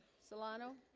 solano